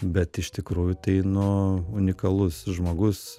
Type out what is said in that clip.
bet iš tikrųjų tai nu unikalus žmogus